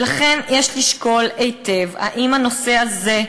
ולכן יש "לשקול היטב האם נושא זה",